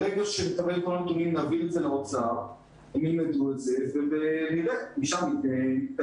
ברגע שנקבל את כל הנתונים נביא את זה לאוצר והם ילמדו את זה ומשם נתקדם.